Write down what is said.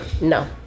No